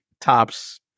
tops